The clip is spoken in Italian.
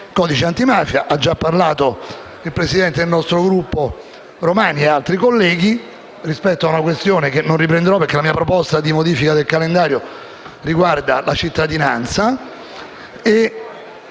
di cui hanno già parlato il presidente del nostro Gruppo Romani e altri colleghi, rispetto ad una questione che non riprenderò perché la mia proposta di modifica del calendario riguarda il disegno